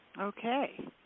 Okay